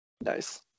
Nice